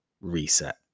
reset